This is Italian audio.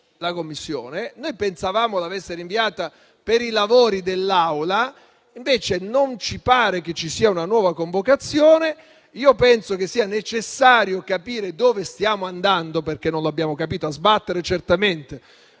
la Commissione stessa. Pensavamo che l'avesse rinviata per i lavori dell'Assemblea, invece non ci pare che ci sia una nuova convocazione. Penso che sia necessario capire dove stiamo andando, perché non l'abbiamo capito (a sbattere certamente,